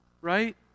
Right